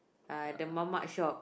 uh the mamak shop